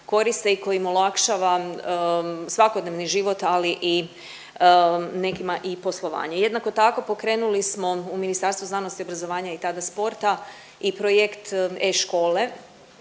koriste i koji im olakšava svakodnevni život, ali i nekima poslovanje. Jednako tako pokrenuli smo u Ministarstvu znanosti i obrazovanja i tada sporta i projekt e-Škole